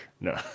No